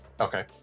Okay